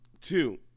Two